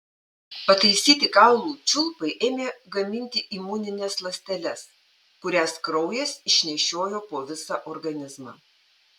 pataisyti kaulų čiulpai ėmė gaminti imunines ląsteles kurias kraujas išnešiojo po visą organizmą